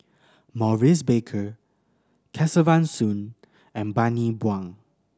Maurice Baker Kesavan Soon and Bani Buang